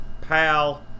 PAL